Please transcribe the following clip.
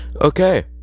Okay